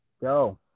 Go